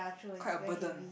quite a burden